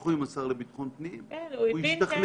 שוחחו עם השר לביטחון פנים, הוא השתכנע.